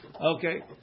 Okay